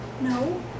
No